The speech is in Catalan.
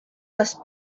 les